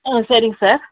ஆ சரிங்க சார்